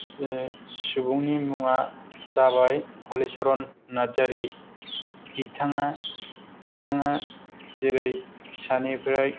सुबुंनि मुङा जाबाय हलिचरन नार्जारी बिथाङा बिथाङा जेरै फिसानिफ्राय